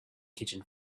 kitchen